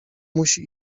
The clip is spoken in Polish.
musi